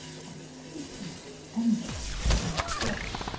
completely enveloped in fur,